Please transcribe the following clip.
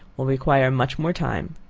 will require much more time.